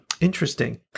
interesting